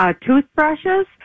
toothbrushes